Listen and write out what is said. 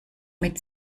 mit